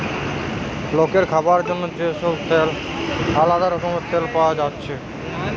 লোকের খাবার জন্যে যে সব আলদা রকমের তেল পায়া যাচ্ছে